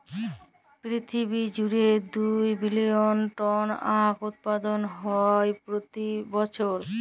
পিরথিবী জুইড়ে দু বিলিয়ল টল আঁখ উৎপাদল হ্যয় প্রতি বসর